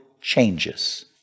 changes